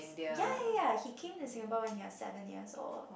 ya ya ya he came to Singapore when he was seven years old